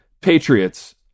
patriots